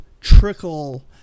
trickle